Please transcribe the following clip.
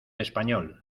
español